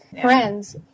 friends